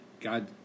God